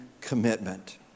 commitment